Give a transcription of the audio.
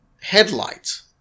headlights